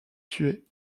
tué